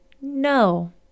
NO